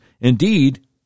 indeed